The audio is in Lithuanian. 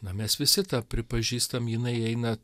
na mes visi tą pripažįstam jinai eina